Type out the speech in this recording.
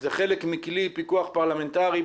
זה חלק מכלי פיקוח פרלמנטרי,